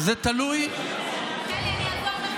הגיע הזמן שזה יהיה בבסיס התקציב ולא כל הזמן על